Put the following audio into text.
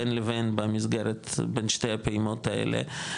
בין לבין במסגרת בין שתי הפעימות האלה,